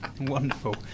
Wonderful